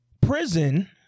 Prison